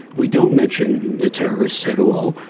we don't mention the terrorists at all,